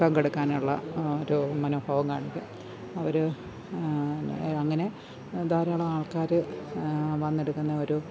പങ്കെടുക്കാനുള്ള ഒരു മനോഭാവം കാണിക്കും അവര് അങ്ങനെ ധാരാളം ആൾക്കാര് വന്നെടുക്കുന്ന ഒരു